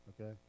Okay